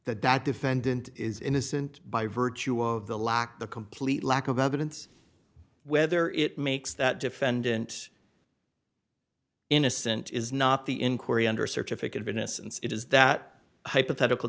that defendant is innocent by virtue of the lack the complete lack of evidence whether it makes that defendant innocent is not the inquiry under certificate of innocence it is that hypothetical